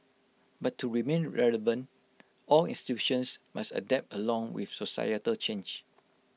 but to remain relevant all institutions must adapt along with societal change